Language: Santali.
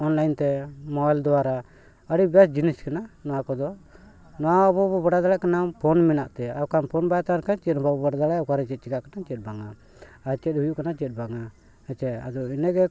ᱚᱱᱞᱟᱭᱤᱱ ᱛᱮ ᱢᱚᱵᱟᱭᱤᱞ ᱫᱚᱨᱟ ᱟᱹᱰᱤ ᱵᱮᱥ ᱡᱤᱱᱤᱥ ᱠᱟᱱᱟ ᱱᱚᱣᱟ ᱠᱚᱫᱚ ᱱᱚᱣᱟ ᱵᱟᱵᱚ ᱵᱚ ᱵᱟᱰᱟᱭ ᱫᱟᱲᱮᱭᱟᱜ ᱠᱟᱱᱟ ᱯᱷᱳᱱ ᱢᱮᱱᱟᱜ ᱛᱮ ᱚᱠᱟ ᱯᱷᱳᱱ ᱵᱟᱭ ᱛᱟᱦᱮᱱ ᱠᱷᱟᱱ ᱪᱮᱫ ᱦᱚᱸ ᱵᱟᱵᱚ ᱵᱟᱰᱟᱭ ᱫᱟᱲᱮᱭᱟᱜᱼᱟ ᱚᱠᱟᱨᱮ ᱪᱮᱫ ᱪᱤᱠᱟᱜ ᱠᱟᱱᱟ ᱪᱮᱫ ᱵᱟᱝᱼᱟ ᱟᱨ ᱪᱮᱫ ᱦᱩᱭᱩᱜ ᱠᱟᱱᱟ ᱪᱮᱫ ᱵᱟᱝᱼᱟ ᱟᱪᱪᱷᱟ ᱟᱫᱚ ᱤᱱᱟᱹᱜᱮ